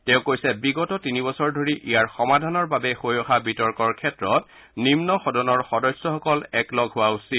তেওঁ কৈছে যে বিগত তিনিবছৰ ধৰি ইয়াৰ সমাধানৰ বাবে হৈ অহা বিতৰ্কৰ ক্ষেত্ৰত নিন্ন সদনৰ সদস্যসকল একেলগ হোৱা উচিত